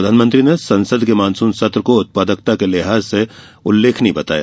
प्रधानमंत्री ने संसद के मानसून सत्र को उत्पादकता के लिहाज से उल्लेखनीय बताया